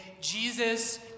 Jesus